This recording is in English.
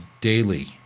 daily